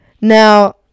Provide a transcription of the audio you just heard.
Now